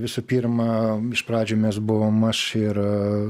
visų pirma iš pradžių mes buvom aš ir